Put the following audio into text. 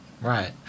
Right